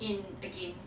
in a game